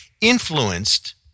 influenced